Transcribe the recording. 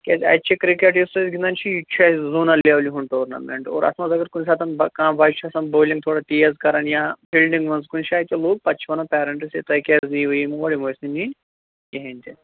کیازِ اَتہِ چھِ کِرکٹ یُس أسۍ گِنٛدَان چھِ یہِ تہِ چھُ اَسہِ زوٗنَل لیولہِ ہُنٛد ٹورنامٮ۪نٛٹ اور اَتھ منٛز اگر کُنہِ ساتَن کانٛہہ بَچہِ چھُ آسَان بولِنٛگ تھوڑا تیز کَرَان یا فیٖلڈِنٛگ منٛز کُنہِ جایہِ لوٚگ پَتہٕ چھِ وَنَن پیرَنٛٹٕس یہِ تۄہہِ کیٛازِ نِیِو یِم اور یِم ٲسۍ نہٕ نِنۍ کِہیٖنۍ تہِ